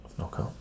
Okay